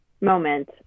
moment